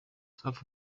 safi